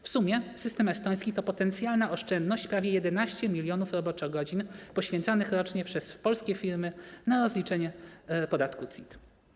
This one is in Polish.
W sumie system estoński to potencjalna oszczędność prawie 11 mln roboczogodzin poświęcanych rocznie przez polskie firmy na rozliczenie podatku CIT.